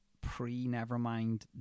pre-Nevermind